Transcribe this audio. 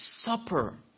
supper